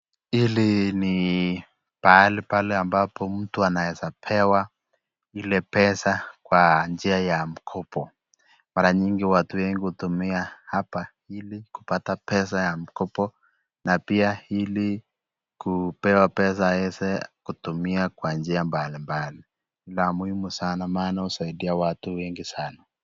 Hili ni pahali pale ambapo mtu anaweza pewa ile pesa kwa njia ya mkopo. Mara nyingi watu wengi hutumia hapa ili kupata pesa ya mkopo na pia ili kupewa pesa aweze kutumia kwa njia mbali mbali la muhimu sana maana husaidia watu wengi sana.